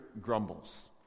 grumbles